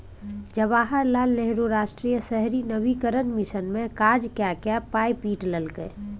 जवाहर लाल नेहरू राष्ट्रीय शहरी नवीकरण मिशन मे काज कए कए पाय पीट लेलकै